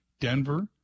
Denver